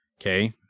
okay